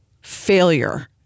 failure